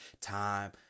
time